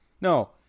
No